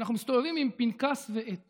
אנחנו מסתובבים עם פנקס ועט